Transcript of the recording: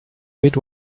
read